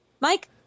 Mike